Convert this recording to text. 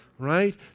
right